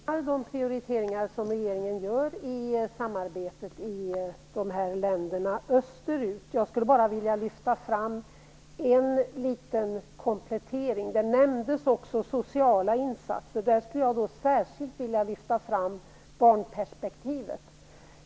Fru talman! Jag välkomnar de prioriteringar regeringen gör i samarbetet med länderna österut. Jag skulle bara vilja lyfta fram en liten komplettering. Det nämndes också sociala insatser, och då skulle jag särskilt vilja lyfta fram barnperspektivet.